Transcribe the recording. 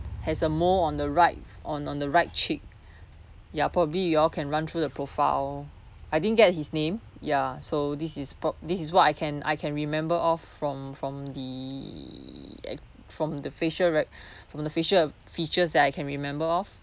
has a mole on the right on on the right cheek ya probably you all can run through the profile I didn't get his name ya so this is pro~ this is what I can I can remember of from from the eh from the facial rec~ from the facial features that I can remember of